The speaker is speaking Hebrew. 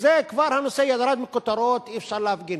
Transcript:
זה, הנושא כבר ירד מהכותרות ואי-אפשר להפגין.